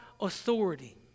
authority